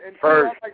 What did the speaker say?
first